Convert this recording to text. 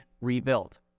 rebuilt